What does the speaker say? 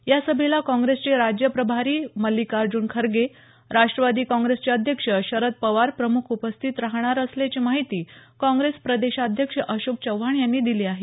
या सभेला काँग्रेसचे राज्य प्रभारी मल्लिकार्ज्न खरगे राष्टवादी काँग्रेसचे अध्यक्ष शरद पवार प्रमुख उपस्थित राहणार असल्याची माहिती काँग्रेस प्रदेशाध्यक्ष अशोक चव्हाण यांनी दिली आहे